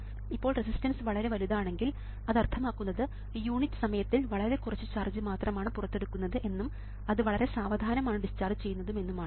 ഇപ്പോൾ റെസിസ്റ്റൻസ് വളരെ വലുതാണെങ്കിൽ അത് അർത്ഥമാക്കുന്നത് യൂണിറ്റ് സമയത്തിൽ വളരെ കുറച്ചു ചാർജ് മാത്രമാണ് പുറത്തെടുക്കുന്നത് എന്നും അത് വളരെ സാവധാനം ആണ് ഡിസ്ചാർജ് ചെയ്യുന്നത് എന്നുമാണ്